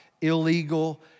illegal